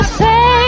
say